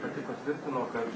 pati patvirtino kad